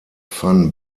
van